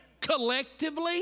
collectively